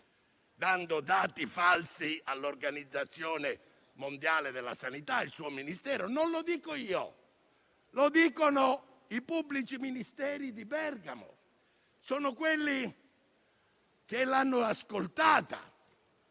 dato dati falsi all'Organizzazione mondiale della sanità. Non lo dico io, ma lo dicono i pubblici ministeri di Bergamo, quelli che l'hanno ascoltata.